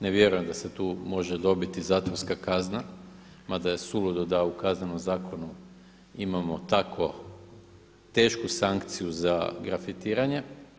Ne vjerujem da se tu može dobiti zatvorska kazna, mada je suludo da u Kaznenom zakonu imamo tako tešku sankciju za grafitiranje.